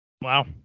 Wow